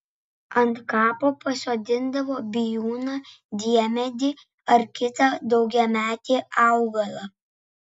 ant kapo pasodindavo bijūną diemedį ar kitą daugiametį augalą